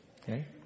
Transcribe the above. Okay